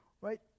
right